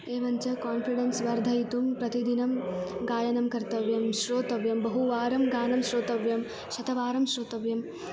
एवञ्च कान्फिडेन्स् वर्धयितुं प्रतिदिनं गायनं कर्तव्यं श्रोतव्यं बहुवारं गानं श्रोतव्यं शतवारं श्रोतव्यं